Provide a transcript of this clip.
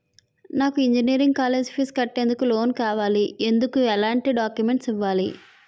నాకు engineering college fees కట్టేందుకు loan కావాలి, ఎందుకు ఎలాంటి డాక్యుమెంట్స్ ఇవ్వాలి?